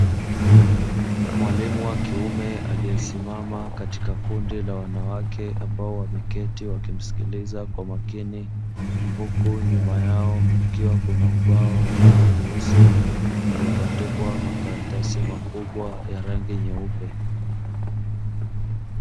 Mwalimu wa kiume aliye simama katika kundi la wanawake, ambao wameketi waki mskiliza kwa makini, huku nyuma yao kukiwa kuna ubao wa rangi nyeusi ulio bandikwa makaratasi makubwa ya rangi nyeupe.